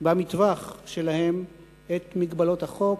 במטווח שלהם את מגבלות החוק,